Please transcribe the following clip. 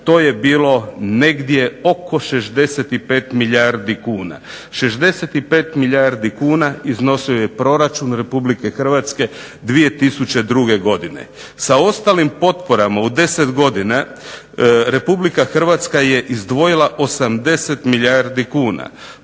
to je bilo negdje oko 65 milijardi kuna. 65 milijardi kuna iznosio je proračun RH 2002. godine. Sa ostalim potporama u 10 godina RH je izdvojila 80 milijardi kuna.